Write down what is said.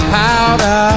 powder